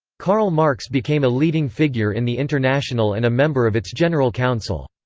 karl marx became a leading figure in the international and a member of its general council.